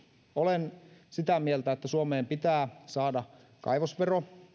olen sitä mieltä että suomeen pitää saada kaivosvero